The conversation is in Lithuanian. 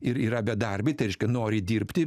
ir yra bedarbiai tai reiškia nori dirbti